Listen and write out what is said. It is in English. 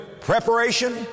preparation